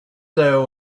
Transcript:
there